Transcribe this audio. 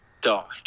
dark